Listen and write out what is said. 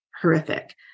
horrific